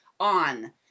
on